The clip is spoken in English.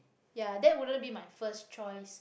ya that wouldn't be my first choice